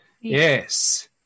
Yes